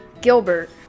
Gilbert